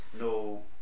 no